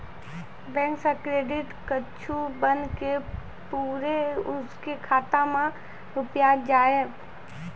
Bank से credit कद्दू बन के बुरे उनके खाता मे रुपिया जाएब?